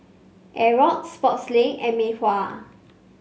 Xorex Sportslink and Mei Hua